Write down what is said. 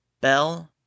Bell